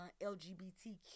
LGBTQ